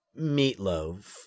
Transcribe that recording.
Meatloaf